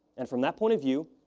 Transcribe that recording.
and from that point of view,